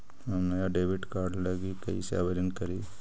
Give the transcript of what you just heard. हम नया debit card लागी कईसे आवेदन करी?